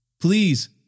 Please